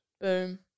Boom